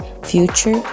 Future